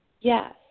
Yes